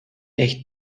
echt